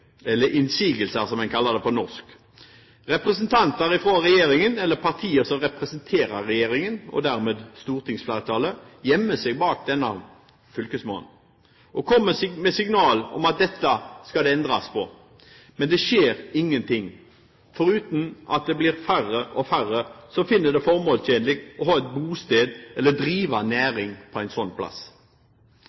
eller innsigelser som en kaller det på norsk. Representanter fra regjeringen og partier som representerer regjeringen, og dermed stortingsflertallet, gjemmer seg bak denne fylkesmannen og kommer med signal om at dette skal det endres på, men det skjer ingenting foruten at det blir færre og færre som finner det formålstjenlig å bo eller drive næring fra en slik plass. Når regjeringen snakker om distriktspolitikk, blir det som å høre på